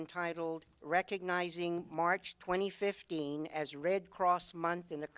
entitled recognizing march twenty fifteen as a red cross month in the